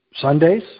Sundays